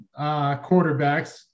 quarterbacks